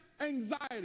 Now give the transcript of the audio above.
anxiety